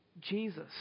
Jesus